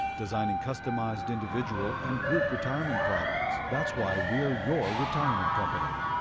designing customized individual and group retirement products. that's why we're your retirement company.